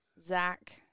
Zach